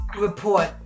report